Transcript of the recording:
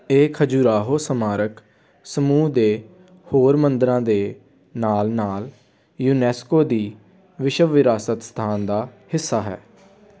ਇਹ ਖਜੁਰਾਹੋ ਸਮਾਰਕ ਸਮੂਹ ਦੇ ਹੋਰ ਮੰਦਰਾਂ ਦੇ ਨਾਲ ਨਾਲ ਯੂਨੈਸਕੋ ਦੀ ਵਿਸ਼ਵ ਵਿਰਾਸਤ ਸਥਾਨ ਦਾ ਹਿੱਸਾ ਹੈ